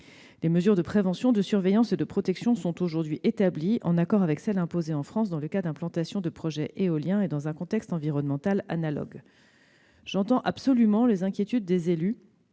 Les mesures de prévention, de surveillance et de protection sont aujourd'hui établies, en accord avec celles imposées en France dans le cas de l'implantation de projets éoliens dans un contexte environnemental analogue. J'entends parfaitement les inquiétudes des élus,